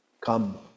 Come